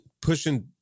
pushing